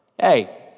Hey